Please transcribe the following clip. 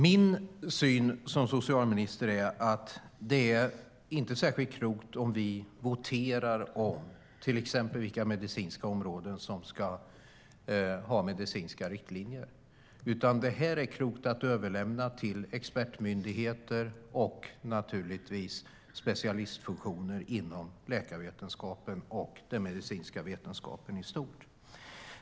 Min syn som socialminister är att det inte är särskilt klokt om vi voterar om till exempel vilka medicinska områden som ska ha riktlinjer. Sådant är det klokt att överlämna till expertmyndigheter och, naturligtvis, till specialistfunktioner inom läkarvetenskapen och den medicinska vetenskapen i stort.